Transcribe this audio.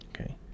Okay